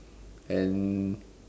and